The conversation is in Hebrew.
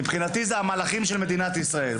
מבחינתי, זה המלאכים של מדינת ישראל.